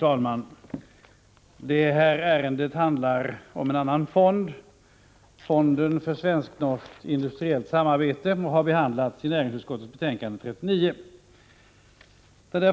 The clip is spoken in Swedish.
Fru talman! Detta ärende handlar om en annan fond, nämligen Fonden för svenskt-norskt industriellt samarbete, som har behandlats i näringsutskottets betänkande 39.